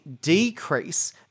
decrease